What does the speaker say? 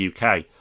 UK